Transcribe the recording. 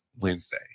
Wednesday